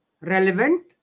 relevant